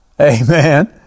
amen